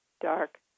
dark